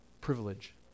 privilege